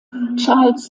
charles